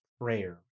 prayer